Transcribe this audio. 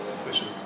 special